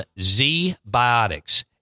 Z-Biotics